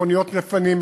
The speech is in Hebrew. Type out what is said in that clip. מכוניות לפנים,